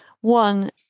one